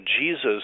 Jesus